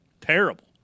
terrible